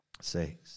say